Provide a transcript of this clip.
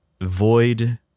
void